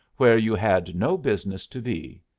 where you had no business to be.